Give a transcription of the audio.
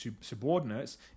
subordinates